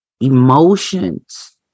emotions